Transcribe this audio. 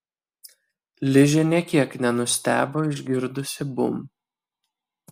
ližė nė kiek nenustebo išgirdusi bum